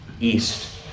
east